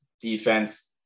defense